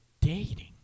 dating